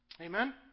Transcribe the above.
Amen